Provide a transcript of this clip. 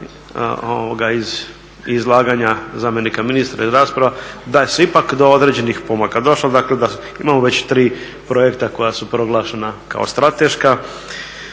iz izlaganja zamjenika ministra iz rasprava da se ipak do određenih pomaka došlo dakle da imamo već 3 projekta koja su proglašena kao strateška,